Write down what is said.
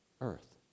earth